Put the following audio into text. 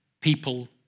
people